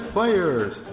Players